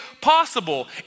possible